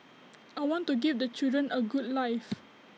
I want to give the children A good life